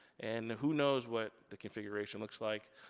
and who knows what the configuration looks like,